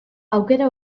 aukera